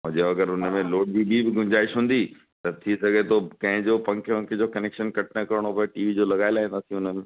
जो अगरि हुन में लोड जी बि गुंजाइश हूंदी त थी सघे थो कंहिं जो पंखे वंखे जो कनेक्शन कट न करणो पिए टी वी जो लॻाए लाहींदासीं हुन में